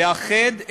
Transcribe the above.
לאחד,